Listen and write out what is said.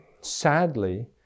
sadly